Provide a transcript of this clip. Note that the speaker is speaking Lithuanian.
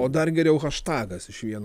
o dar geriau haštagas iš vieno